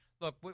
Look